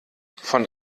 von